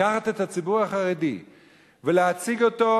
לקחת את הציבור החרדי ולהציג אותו